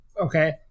okay